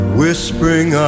whispering